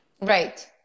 Right